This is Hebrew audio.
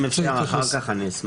אם אפשר אחר כך, אני אשמח.